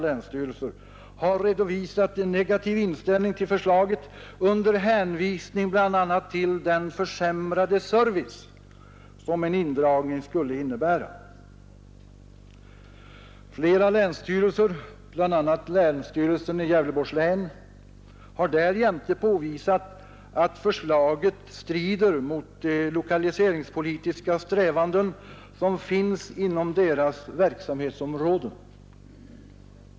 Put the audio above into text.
— länsstyrelser har redovisat en negativ inställning till förslaget, bl.a. under hänvisning till den försämrade service som en indragning skulle innebära. Flera länsstyrelser, bl.a. länsstyrelsen i Gävleborgs län, har därjämte påvisat att förslaget strider mot de lokaliseringspolitiska strävanden som finns inom deras verksamhetsområden.